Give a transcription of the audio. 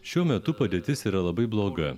šiuo metu padėtis yra labai bloga